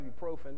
ibuprofen